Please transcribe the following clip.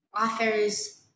authors